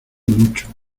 mucho